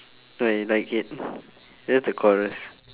thought you'd like it that's the chorus